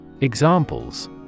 Examples